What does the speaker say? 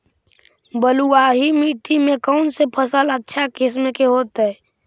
बलुआही मिट्टी में कौन से फसल अच्छा किस्म के होतै?